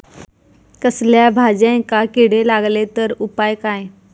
कसल्याय भाजायेंका किडे लागले तर उपाय काय?